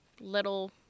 little